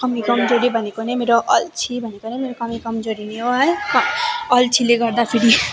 कमी कमजोरी भनेको नै मेरो अल्छी भनेको नै कमी कमजोरी नै हो है अल्छीले गर्दाखेरि